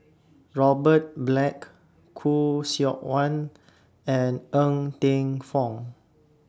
Robert Black Khoo Seok Wan and Ng Teng Fong